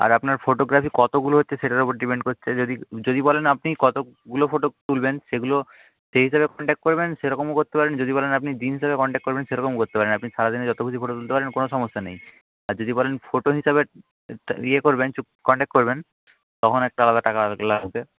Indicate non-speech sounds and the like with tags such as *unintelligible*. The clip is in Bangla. আর আপনার ফোটোগ্রাফি কতগুলো হচ্ছে সেটার উপর ডিপেন্ড করছে যদি যদি বলেন আপনি কতগুলো ফটো তুলবেন সেগুলো সেই হিসেবে কনট্রাক্ট করবেন সেরকমও করতে পারেন যদি বলেন আপনি দিন হিসাবে কনট্রাক্ট করবেন সেরকমও করতে পারেন আপনি সারা দিনে যত খুশি ফটো তুলতে পারেন কোনো সমস্যা নেই আর যদি বলেন ফোটো হিসাবে ইয়ে করবেন *unintelligible* কনট্রাক্ট করবেন তখন একটা আলাদা টাকা *unintelligible* লাগবে